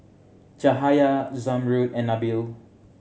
Cahaya Zamrud and Nabil